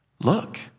look